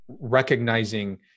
recognizing